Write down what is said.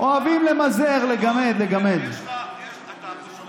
יש פקיד בכיר